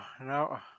no